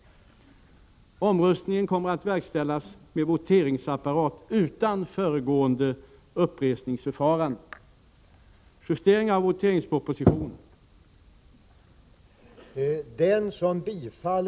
Omröstningen kommer att verkställas med voteringsapparat utan föregående uppresningsförfarande. Om inte mer än hälften av riksdagens ledamöter röstar ja har kammaren avslagit yrkandet om misstroendeförklaring.